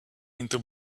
into